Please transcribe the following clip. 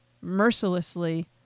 mercilessly